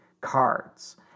cards